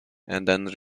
and